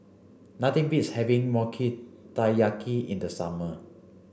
nothing beats having Taiyaki in the summer